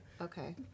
okay